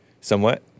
somewhat